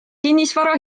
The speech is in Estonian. kinnisvara